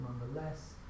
nonetheless